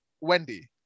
Wendy